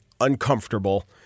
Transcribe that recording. uncomfortable